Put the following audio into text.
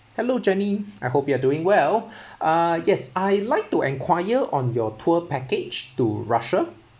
hello jenny I hope you are doing well uh yes I'd like to enquire on your tour package to russia